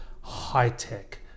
high-tech